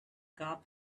cup